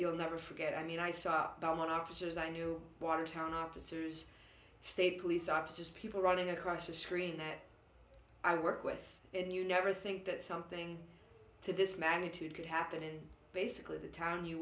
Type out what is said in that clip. you'll never forget i mean i saw one archers i knew watertown officers state police officers people running across the screen that i work with and you never think that something to this magnitude could happen and basically the town you